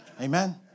Amen